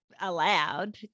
allowed